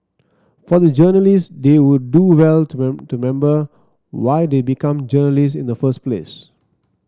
for the journalists they would do well to to remember why they become journalists in the first place